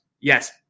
yes